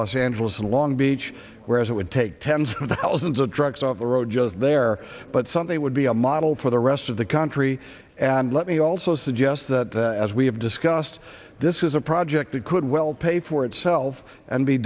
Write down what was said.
los angeles in long beach where it would take tens of thousands of trucks off the road just there but something would be a model for the rest of the country and let me also suggest that as we have discussed this is a project that could well pay for itself and be